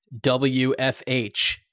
WFH